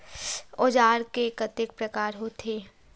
औजार के कतेक प्रकार होथे?